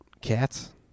cats